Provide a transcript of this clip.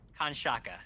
Kanshaka